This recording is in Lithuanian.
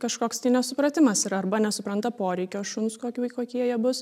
kažkoks tai nesupratimas yra arba nesupranta poreikio šuns kokių kokie jie bus